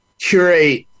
Curate